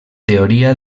teoria